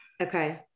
Okay